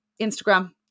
Instagram